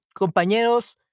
Compañeros